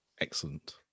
excellent